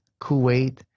Kuwait